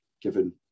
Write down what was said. given